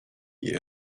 you